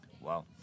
Wow